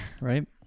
right